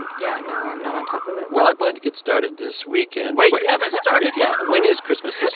and yeah, no, i'm not on top of it well, i plan to get started this weekend wait you haven't started yet? when is christmas this